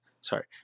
sorry